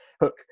Hook